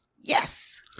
Yes